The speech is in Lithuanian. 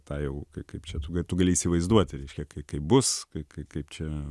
tą jau kaip čia tu kaip tu gali įsivaizduoti reiškia kai kaip bus kai kaip čia